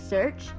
Search